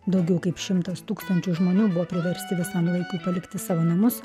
daugiau kaip šimtas tūkstančių žmonių buvo priversti visam laikui palikti savo namus